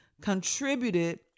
contributed